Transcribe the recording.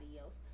else